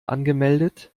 angemeldet